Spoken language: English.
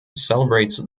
celebrates